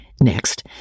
Next